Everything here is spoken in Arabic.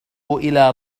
إلى